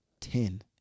Ten